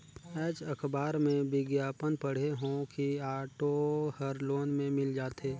आएज अखबार में बिग्यापन पढ़े हों कि ऑटो हर लोन में मिल जाथे